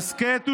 הסכת ושמע,